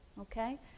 okay